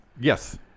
Yes